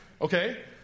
Okay